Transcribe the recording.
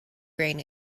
grain